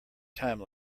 time